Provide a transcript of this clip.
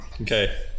Okay